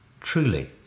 Truly